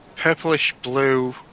purplish-blue